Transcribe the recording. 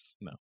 no